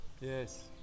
Yes